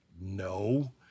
No